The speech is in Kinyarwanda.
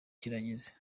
kirageze